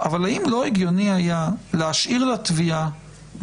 אבל האם לא היה יותר הגיוני להשאיר לתביעה מבחן,